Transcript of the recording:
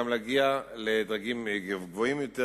גם להגיע לדרגים גבוהים יותר,